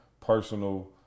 personal